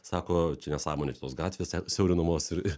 sako čia nesąmonė čia tos gatvės siaurinamos ir